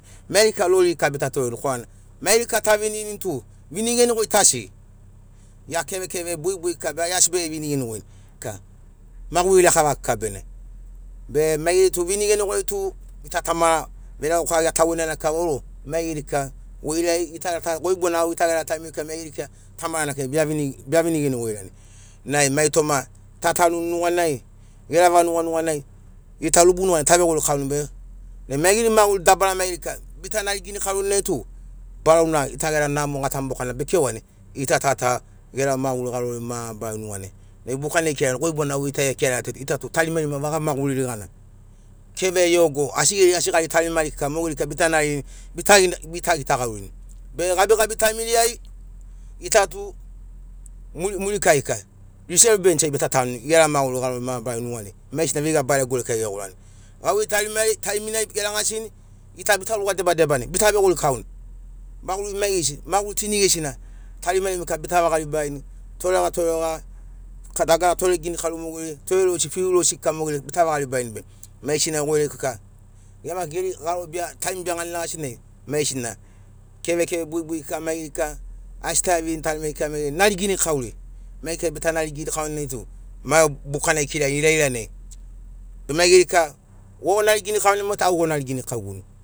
Mai geri kika roriri bita toreni korana mai geri kika tavinirinito vinigenogoi ta asigi gia kevekeve buibui kika be asi bege vinigoini kika maguri lakava kika bene be mai geri tu vinigenogoi tu gita tamara veregauka gia taugenana kika vauro mai geri kika gorai gita ta ta goi bona au gita gera taimi ai kika maigeri kika tamarana kekei bia vinigenogoirani nai mai toma ta tanuni nuganai gera vanuga nuganai gita rubu nuganai tavegorikauni be bai mai geri maguri dabarari kika bita nari ginikaurini nai tu barauna gita gera namo gatambokana be kewani gita ta ta gera maguri garori mabarari nuganai nai bukana ikirarian goi bona au gita ekirato u gita tarimarima vaga maguriri gana keve iogo asi geri asi gari tarimari kika mogeri kika bita naririni bita gita gaurini be gabigabi taimiri ai gita tu murikai kika risev bench ai bita tanuni gera maguri garori mabarari nuganai maigesina veiga baregori gegorani gauvei tarimari taiminai geragasini gita bita ruga debadebani bita vegorikauni maguri tu maigesi maguri tu inigesina tarimarimana bita vaga ribarini torega torega dagara toreginikauri mogeri torerosi fiurosi kika mogeri bita vagaribarini be maigesi goirai kika gia maki geri garo taimi na be ragasini neganai maigesina kevekeve buibui kika mai geri kika asi faiavinirini tarimari kika maigeri nari ginikauri mai geri kika bita nari ginikaurini nai tu bukana ikiragi ilailanai be mai geri kika bogo nari ginikaurini nai tum o tu au goi nariguni.